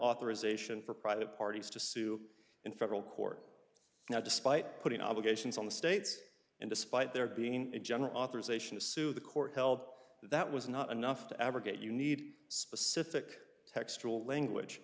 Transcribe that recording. authorization for private parties to sue in federal court now despite putting obligations on the states and despite there being a general authorization to sue the court held that was not enough to abrogate you need specific textual language